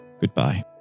goodbye